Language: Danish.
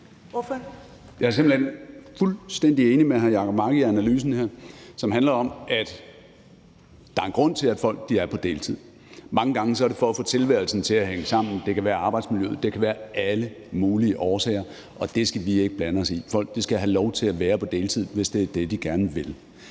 hen fuldstændig enig med hr. Jacob Mark i analysen her, som handler om, at der er en grund til, at folk er på deltid. Mange gange er det for at få tilværelsen til at hænge sammen – det kan være på grund af arbejdsmiljøet, det kan være alle af mulige årsager, og det skal vi ikke blande os i. Folk skal have lov til at være på deltid, hvis det er det, de gerne vil.